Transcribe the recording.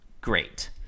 Great